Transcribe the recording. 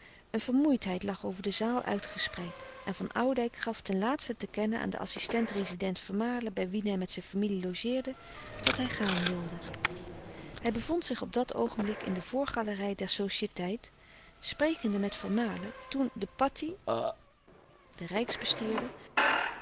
een vermoeidheid lag over de zaal uitgespreid en van oudijck gaf ten laatste te kennen aan den assistent-rezident vermalen bij wien hij met zijn familie logeerde dat hij gaan wilde hij bevond zich op dat oogenblik in de voorgalerij der societeit sprekende met vermalen toen de patih